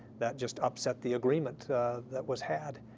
that just upset the agreement that was had.